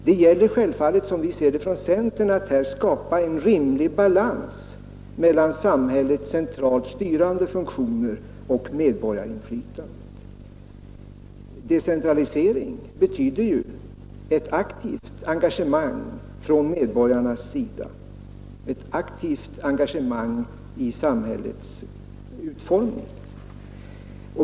Det gäller självfallet, som vi ser det från centern, att skapa en rimlig balans mellan samhällets centralt styrande funktioner och medborgarinflytandet. Decentralisering betyder ett aktivt engagemang från medborgarnas sida i samhällets utformning.